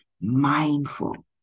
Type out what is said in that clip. mindful